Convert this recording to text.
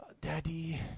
Daddy